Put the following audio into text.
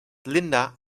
linda